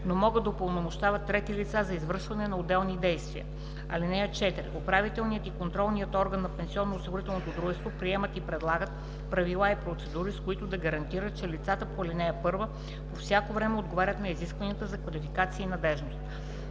но могат да упълномощават трети лица за извършване на отделни действия. (4) Управителният и контролният орган на пенсионноосигурителното дружество приемат и прилагат правила и процедури, с които да гарантират, че лицата по ал. 1 по всяко време отговарят на изискванията за квалификация и надеждност.